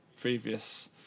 previous